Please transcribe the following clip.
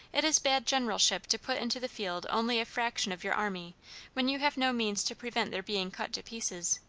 it is bad generalship to put into the field only a fraction of your army when you have no means to prevent their being cut to pieces.